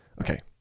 Okay